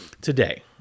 Today